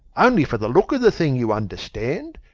only for the look of the thing, you understand.